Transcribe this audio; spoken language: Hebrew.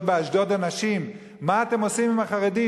באשדוד אנשים: מה אתם עושים עם החרדים?